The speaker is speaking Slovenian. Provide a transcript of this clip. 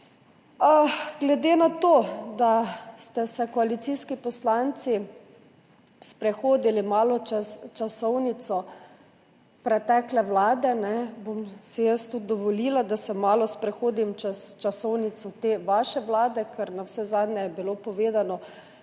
Glede na to, da ste se koalicijski poslanci malo sprehodili čez časovnico pretekle vlade, si bom tudi jaz dovolila, da se malo sprehodim čez časovnico te vaše vlade, ker je bilo navsezadnje povedano,